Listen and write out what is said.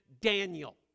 Daniel